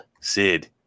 Sid